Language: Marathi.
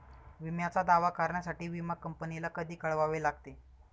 विम्याचा दावा करण्यासाठी विमा कंपनीला कधी कळवावे लागते?